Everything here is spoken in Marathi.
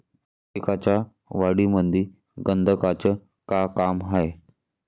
पिकाच्या वाढीमंदी गंधकाचं का काम हाये?